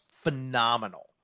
phenomenal